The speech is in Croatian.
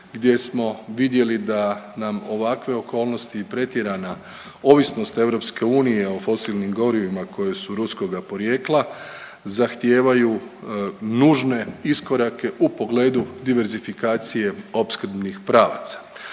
gdje smo vidjeli da nam ovakve okolnosti i pretjerana ovisnost Europske unije o fosilnim gorivima koja su ruskoga porijekla zahtijevaju nužne iskorake u pogledu diverzifikacije opskrbnih pravaca,